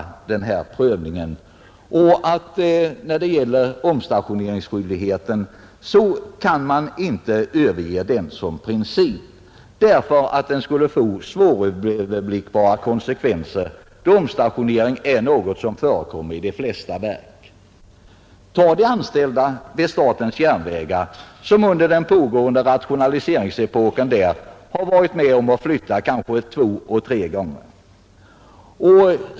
Omstationeringsskyldigheten kan dock inte överges som princip. Detta skulle nämligen kunna få svåröverblickbara konsekvenser, då omstationering är något som förekommer i de flesta verk. Ta de anställda vid statens järnvägar, som under den pågående rationaliseringsepoken har varit med om att flytta kanske två och tre gånger!